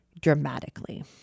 dramatically